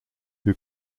who